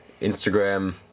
Instagram